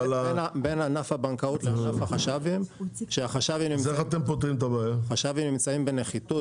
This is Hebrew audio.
בין ענף הבנקאות לענף החש"בים כשהחש"בים נמצאים בנחיתות.